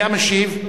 מי המשיב?